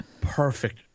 Perfect